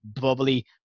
bubbly